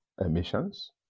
emissions